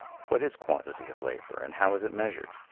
what is quantity of labor and how is it measured?